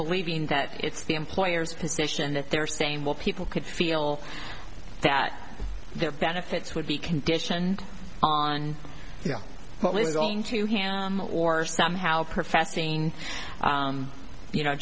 believing that it's the employer's position that they're saying well people could feel that their benefits would be conditioned on you know what was going to him or somehow professing you know